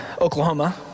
Oklahoma